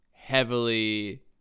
heavily